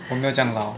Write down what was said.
我没有这样老